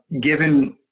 given